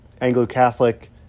Anglo-Catholic